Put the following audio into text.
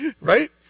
right